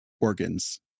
Organs